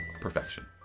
Perfection